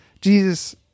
Jesus